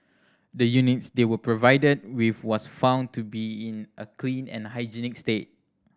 the units they were provided with was found to be in a clean and hygienic state